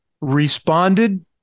responded